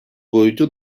boyunca